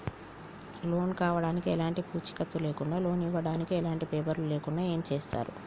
Loan కావడానికి ఎలాంటి పూచీకత్తు లేకుండా లోన్ ఇవ్వడానికి ఎలాంటి పేపర్లు లేకుండా ఏం చేస్తారు?